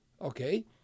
Okay